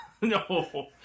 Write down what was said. No